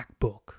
MacBook